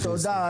ינון, תודה.